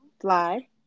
Fly